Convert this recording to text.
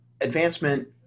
advancement